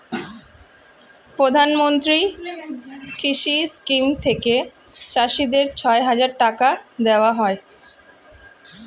প্রধানমন্ত্রী কৃষি স্কিম থেকে চাষীদের ছয় হাজার টাকা দেওয়া হয়